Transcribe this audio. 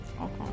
Okay